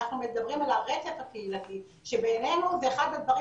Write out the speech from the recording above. אנחנו מדברים על הרצף הקהילתי שבעינינו זה אחד הדברים